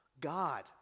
God